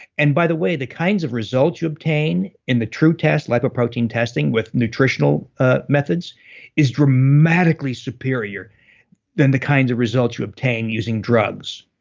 and by the way, the kinds of results you obtain in the true test, lipoprotein testing with nutritional ah methods is dramatically superior than the kinds of results you obtain using drugs.